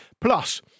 Plus